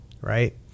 Right